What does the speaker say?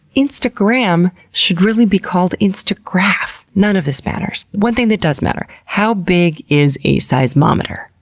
instagram should really be called instagraph. none of this matters. one thing that does matter how big is a seismometer?